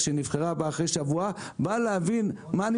כשהיא נבחרה באה אחרי שבוע להבין מה היא